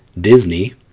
Disney